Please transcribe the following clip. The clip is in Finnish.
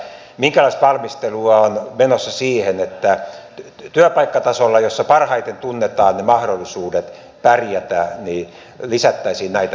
minkälaista valmistelua on menossa sen eteen että työpaikkatasolla jolla parhaiten tunnetaan ne mahdollisuudet pärjätä lisättäisiin näitä mahdollisuuksia